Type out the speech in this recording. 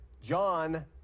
John